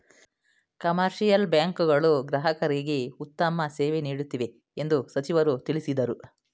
commercial bank ಗಳು ಗ್ರಾಹಕರಿಗೆ ಉತ್ತಮ ಸೇವೆ ನೀಡುತ್ತಿವೆ ಎಂದು ಸಚಿವರು ತಿಳಿಸಿದರು